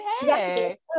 hey